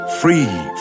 Free